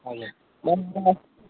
हजुर